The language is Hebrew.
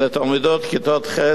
אלה תלמידות כיתות ח',